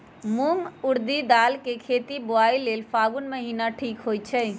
मूंग ऊरडी दाल कें खेती बोआई लेल फागुन महीना ठीक होई छै